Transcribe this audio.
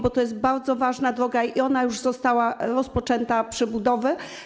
Bo to jest bardzo ważna droga i już została rozpoczęta przebudowa.